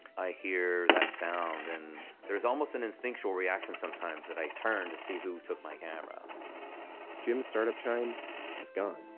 i hear that sound and. there is almost an instinctual reaction sometimes that i turn to see who took my camera jim's startup chime is gone.